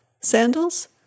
sandals